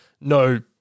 no